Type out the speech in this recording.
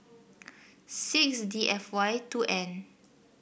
six D F Y two N